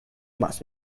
much